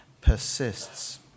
persists